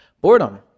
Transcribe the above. Boredom